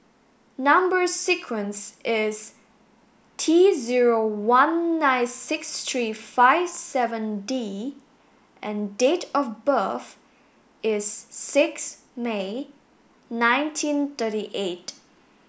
number sequence is T zero one nine six three five seven D and date of birth is six May nineteen thirty eight